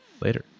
Later